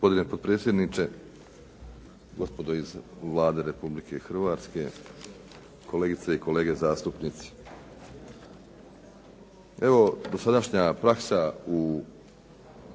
Gospodine potpredsjedniče, gospodo iz Vlade Republike Hrvatske, kolegice i kolege zastupnici. Evo dosadašnja praksa u